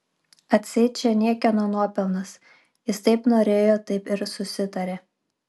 atseit čia niekieno nuopelnas jis taip norėjo taip ir susitarė